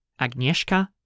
Agnieszka